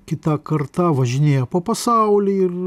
kitą kartą važinėja po pasaulį ir